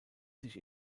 sich